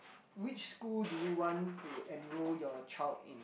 which school do you want to enroll your child in